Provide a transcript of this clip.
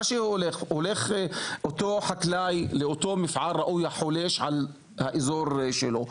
הולך אותו חקלאי לאותו מפעל ראוי החולש על האזור שלו,